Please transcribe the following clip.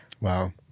wow